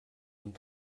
und